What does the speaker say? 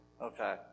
Okay